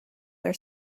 wear